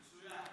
מצוין.